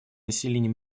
населения